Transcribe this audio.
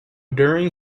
during